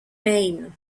maine